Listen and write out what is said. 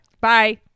Bye